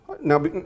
Now